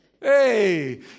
Hey